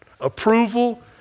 approval